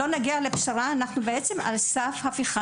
כי אנחנו על סף הפיכה